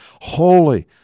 holy